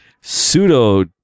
Pseudo